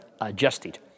adjusted